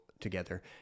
Together